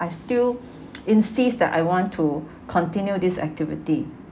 I still